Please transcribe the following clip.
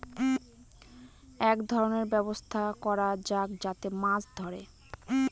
এক ধরনের ব্যবস্থা করা যাক যাতে মাছ ধরে